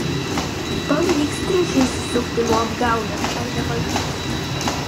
pavyks triušiui išsisukti nuo apgaulės ar nepavyks